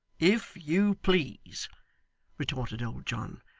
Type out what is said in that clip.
if you please retorted old john.